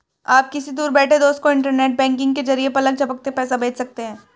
आप किसी दूर बैठे दोस्त को इन्टरनेट बैंकिंग के जरिये पलक झपकते पैसा भेज सकते हैं